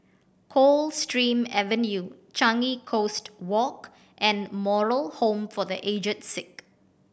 Coldstream Avenue Changi Coast Walk and Moral Home for The Aged Sick